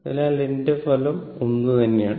അതിനാൽ എന്റെ ഫലം ഒന്നുതന്നെയാണ്